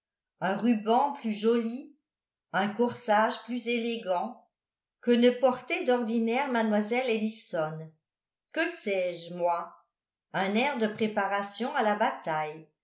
un ruban plus joli un corsage plus élégant que ne portait d'ordinaire mlle ellison que sais-je moi un air de préparation à la bataille